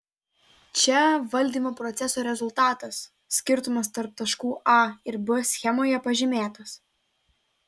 čia valdymo proceso rezultatas skirtumas tarp taškų a ir b schemoje pažymėtas